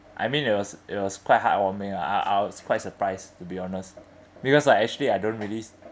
I mean it was it was quite heartwarming ah I I was quite surprised to be honest because like actually I don't really